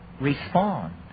respond